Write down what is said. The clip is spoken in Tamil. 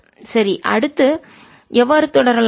சரி அடுத்து எவ்வாறு தொடரலாம்